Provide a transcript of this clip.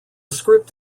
script